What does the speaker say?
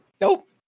Nope